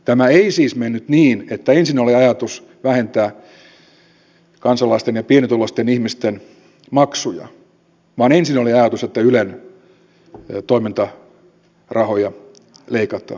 tämä ei siis mennyt niin että ensin oli ajatus vähentää kansalaisten ja pienituloisten ihmisten maksuja vaan ensin oli ajatus että ylen toimintarahoja leikataan